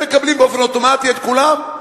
הם מקבלים באופן אוטומטי את כולם?